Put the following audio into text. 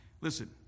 Listen